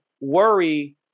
worry